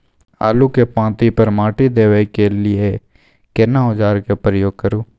आलू के पाँति पर माटी देबै के लिए केना औजार के प्रयोग करू?